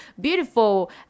beautiful